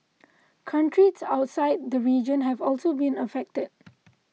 countries outside the region have also been affected